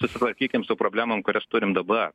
susitvarkykim su problemom kurias turim dabar